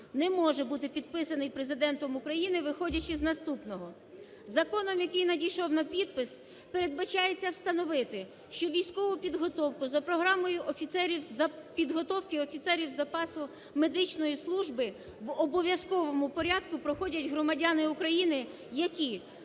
не може бути підписаний Президентом України, виходячи з наступного. Законом, який надійшов на підпис, передбачається встановити, що військову підготовку за програмою офіцерів… підготовки офіцерів запасу медичної служби в обов'язковому порядку проходять громадяни України, які